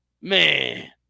man